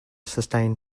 sustain